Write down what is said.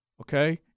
okay